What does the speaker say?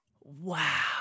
Wow